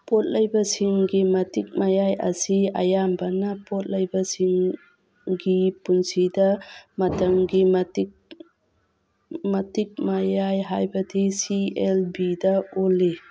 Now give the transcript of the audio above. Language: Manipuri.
ꯄꯣꯠ ꯂꯩꯕꯁꯤꯡꯒꯤ ꯃꯇꯤꯛ ꯃꯌꯥꯏ ꯑꯁꯤ ꯑꯌꯥꯝꯕꯅ ꯄꯣꯠ ꯂꯩꯕꯁꯤꯡꯒꯤ ꯄꯨꯟꯁꯤꯗ ꯃꯇꯝꯒꯤ ꯃꯇꯤꯛ ꯃꯇꯤꯛ ꯃꯌꯥꯏ ꯍꯥꯏꯕꯗꯤ ꯁꯤ ꯑꯦꯜ ꯚꯤꯗ ꯑꯣꯜꯂꯤ